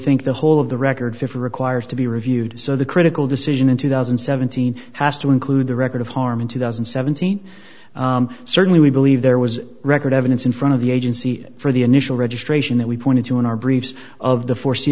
think the whole of the record for requires to be reviewed so the critical decision in two thousand and seventeen has to include the record of harm in two thousand and seventeen certainly we believe there was record evidence in front of the agency for the initial registration that we pointed to in our briefs of the foresee